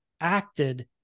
acted